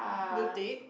blue tick